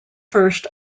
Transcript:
first